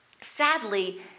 sadly